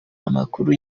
amakuru